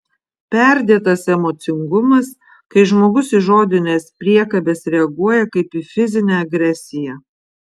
perdėtas emocingumas kai žmogus į žodines priekabes reaguoja kaip į fizinę agresiją